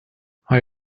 are